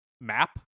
map